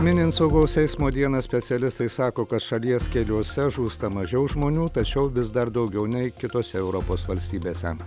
minint saugaus eismo dieną specialistai sako kad šalies keliuose žūsta mažiau žmonių tačiau vis dar daugiau nei kitose europos valstybėse